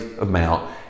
amount